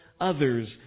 others